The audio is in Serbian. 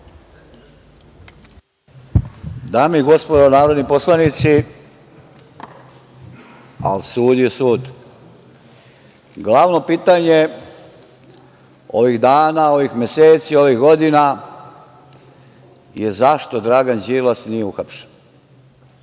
Dame i gospodo narodni poslanici, al sud je sud. Glavno pitanje ovih dana, meseci, ovih godina je zašto Dragan Đilas, nije uhapšen? To